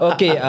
Okay